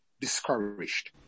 discouraged